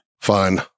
fine